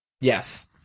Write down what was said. Yes